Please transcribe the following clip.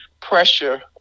pressure